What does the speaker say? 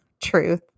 truth